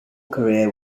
career